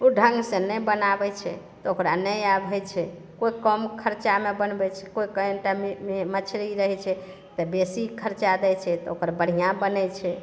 ओ ढङ्ग से नहि बनाबै छै तऽ ओकरा नहि आब होइ छै तऽ केओ कम खर्चामे बनबै छै केओ कनिटामे मछरी रहै छै तऽ बेसी खर्चा दै छै तऽ ओकर बढ़िआँ बनै छै